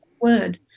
word